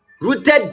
rooted